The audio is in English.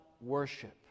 worship